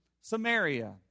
Samaria